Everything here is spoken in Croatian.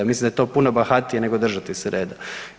Mislim da je to puno bahatije nego držati se reda.